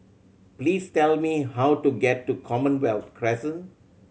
please tell me how to get to Commonwealth Crescent